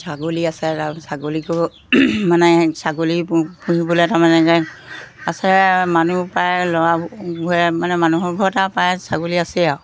ছাগলী আছে ৰাম ছাগলীকো মানে ছাগলী পু পুহিবলৈ তাৰমানে আছে মানুহ প্ৰায় ল'ৰাবোৰে মানে মানুহৰ ঘৰত আৰু প্ৰায় ছাগলী আছেই আৰু